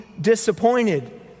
disappointed